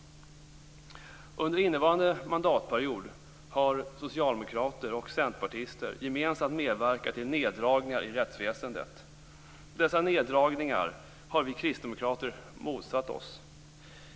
Under innevarande mandatperiod har socialdemokrater och centerpartister gemensamt medverkat till neddragningar i rättsväsendet. Dessa neddragningar har vi kristdemokrater motsatt oss.